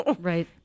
Right